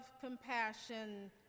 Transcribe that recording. compassion